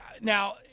now